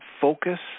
focus